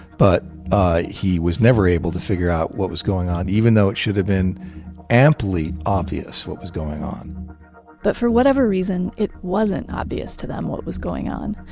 but ah he was never able to figure out what was going on even though it should have been amply obvious what was going on but for whatever reason, it wasn't obvious to them what was going on.